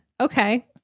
Okay